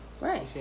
right